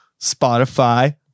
Spotify